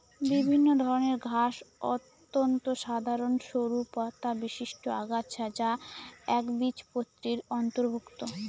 বিভিন্ন ধরনের ঘাস অত্যন্ত সাধারন সরু পাতাবিশিষ্ট আগাছা যা একবীজপত্রীর অন্তর্ভুক্ত